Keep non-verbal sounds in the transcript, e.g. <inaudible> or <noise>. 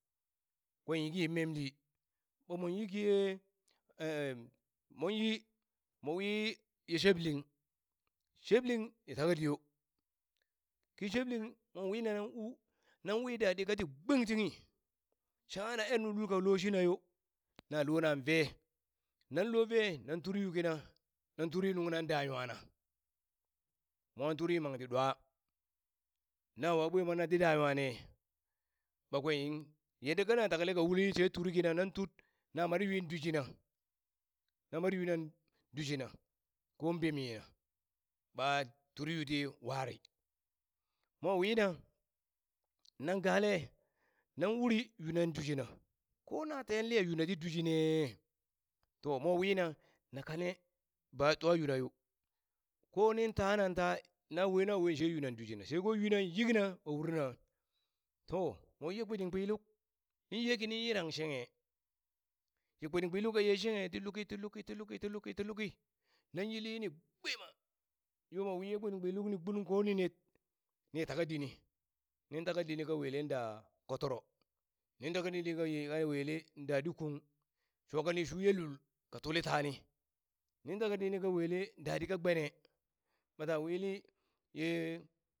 Kwen yeki memli, ɓa monyi kiye <hesitation> monyi mowi ye shebling, shebling ni taka diyo ki shebling mon wina nan u nan wi dadi kati bingtanghi shangha na ernu lul ka lo shina yo na lonan ve nan lo ve na turi yu kina nan turi nuŋna da nwana, mwan turi yiman ti ɗwa, na wa ɓwe monan ti da nwane ɓa kwen yadda kana takale ka uli she turi kina nan tut na mar yui dushina na mar yui kina dushina kon bemina ba turyuti wari mo wina nan gale nan uri yu nang dushina ko nan ten liya yuna ti dushine. to mo wina na kane ba twa yuna yo ko nin tanan ta na we na ween she yunan dushina sheko yunan yikna na urna to mowi ye kpitinkpiluk nin ye kinin yirang shenghe, ye kpitinkpiluk ka ye shenghe ti luki ti luki ti luki ti luki ti luki ti luki nan yilli yini gbima! yomo wi ye kpitinkpiluk ni gbunung ko ni net ni taka dini, nin taka dini ka welen da kotoro nin taka dini ka ye ka welen da ɗi kung shoka ni shu ye lul ka tuli tani nin taka dini ka welen da ɗi ka gbene bata wili <hesitation> ye